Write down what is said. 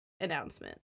announcement